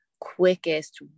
quickest